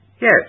Yes